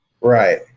Right